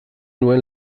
nuen